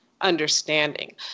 understanding